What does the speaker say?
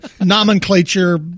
nomenclature